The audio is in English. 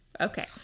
okay